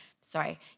Sorry